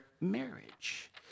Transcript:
marriage